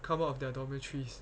come out of their dormitories